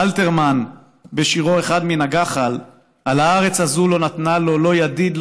אלתרמן בשירו "אחד מן הגחל": "עוד הארץ הזאת לא נתנה לו / לא ידיד,